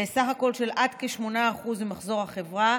בסך הכול של עד כ-8% ממחזור החברה,